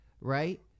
Right